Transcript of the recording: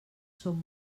són